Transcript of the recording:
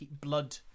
blood